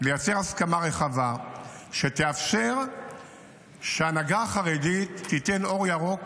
לייצר הסכמה רחבה שתאפשר שההנהגה החרדית תיתן אור ירוק